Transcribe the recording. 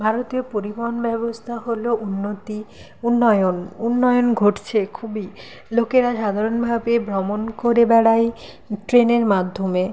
ভারতীয় পরিবহণ ব্যবস্থা হলো উন্নতি উন্নয়ন উন্নয়ন ঘটছে খুবই লোকেরা সাধারণভাবে ভ্রমণ করে বেড়ায় ট্রেনের মাধ্যমে